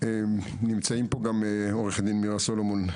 נמצאות פה גם מירה סלומון,